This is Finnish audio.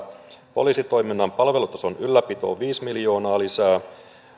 poliisitoiminnan palvelutason ylläpitoon viisi miljoonaa lisää